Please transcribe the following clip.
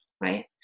right